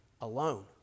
alone